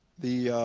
the